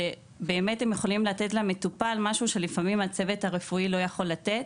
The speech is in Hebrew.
שבאמת הם יכולים לתת למטופל משהו שלפעמים הצוות הרפואי לא יכול לתת,